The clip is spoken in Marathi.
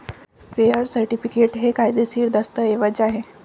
शेअर सर्टिफिकेट हे कायदेशीर दस्तऐवज आहे